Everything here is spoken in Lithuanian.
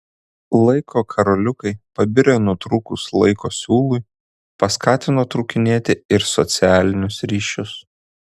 laiko karoliukai pabirę nutrūkus laiko siūlui paskatino trūkinėti ir socialinius ryšius